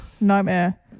nightmare